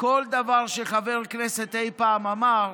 כל דבר שחבר כנסת אי פעם אמר,